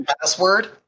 password